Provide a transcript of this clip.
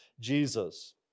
Jesus